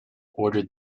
ordered